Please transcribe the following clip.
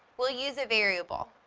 we'll use a variable.